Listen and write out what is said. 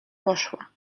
poszła